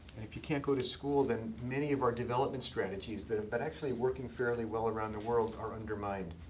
and if you can't go to school, then many of our development strategies that are and but actually working fairly well around the world are undermined.